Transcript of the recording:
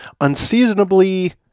unseasonably